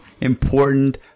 important